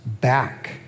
back